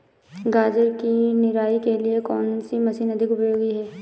गाजर की निराई के लिए कौन सी मशीन अधिक उपयोगी है?